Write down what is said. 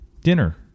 dinner